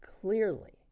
clearly